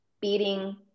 beating